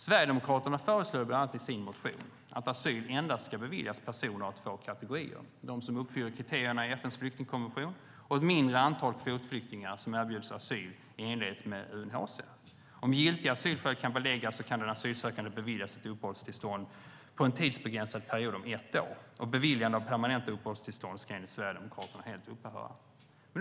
Sverigedemokraterna föreslår i sin motion att asyl endast ska beviljas personer av två kategorier: sådana som uppfyller kriterierna i FN:s flyktingkonvention och ett mindre antal kvotflyktingar som erbjuds asyl i enlighet med UNHCR. Om giltiga asylskäl kan beläggas kan den asylsökande beviljas ett uppehållstillstånd för en tidsbegränsad period om ett år. Beviljande av permanenta uppehållstillstånd ska enligt Sverigedemokraterna upphöra helt.